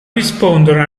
rispondono